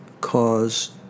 cause